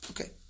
Okay